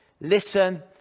listen